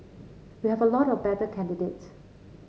we have a lot of better candidates